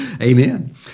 Amen